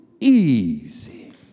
easy